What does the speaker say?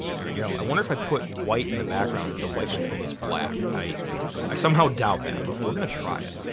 there we go. i wonder if i put white in the background if the white will fill this black. i i somehow doubt that but we're gonna try it.